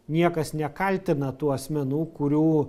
niekas nekaltina tų asmenų kurių